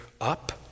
up